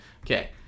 Okay